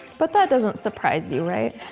but that doesn't surprise you, right?